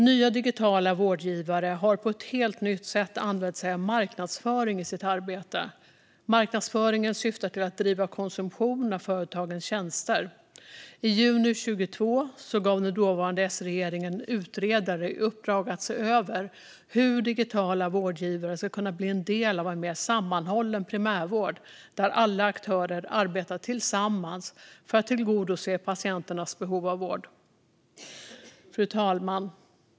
Nya digitala vårdgivare har på ett helt nytt sätt använt sig av marknadsföring i sitt arbete. Marknadsföringen syftar till att driva konsumtion av företagens tjänster. I juni 2022 gav den dåvarande S-regeringen en utredare i uppdrag att se över hur digitala vårdgivare ska kunna bli en del av en mer sammanhållen primärvård där alla aktörer arbetar tillsammans för att tillgodose patienternas behov av vård. Fru talman!